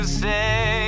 say